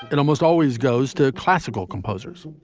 it almost always goes to classical composers.